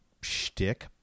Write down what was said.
shtick